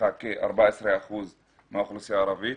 ועסקים כ-14 אחוזים מהאוכלוסייה הערבית.